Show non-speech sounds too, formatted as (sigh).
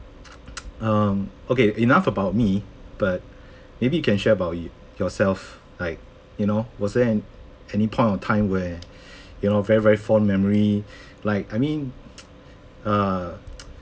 (noise) um okay enough about me but maybe you can share about yo~ yourself like you know was there any point of time where you know very very fond memory like I mean (noise) uh (noise)